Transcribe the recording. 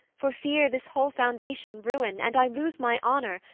for fear this whole foundation ruin, and i lose my honour,